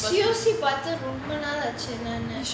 seriously பார்த்து ரொம்ப நாளாச்சுனானு:paarthu romba naalachunanu